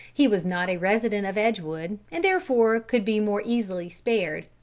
he was not a resident of edgewood, and therefore could be more easily spared,